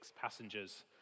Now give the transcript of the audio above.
passengers